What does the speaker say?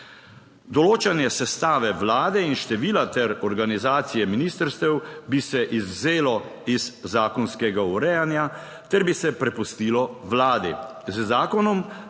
Določanje sestave Vlade in števila ter organizacije ministrstev bi se izvzelo iz zakonskega urejanja ter bi se prepustilo Vladi.